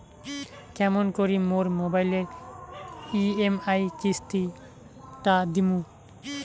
কেমন করি মোর মোবাইলের ই.এম.আই কিস্তি টা দিম?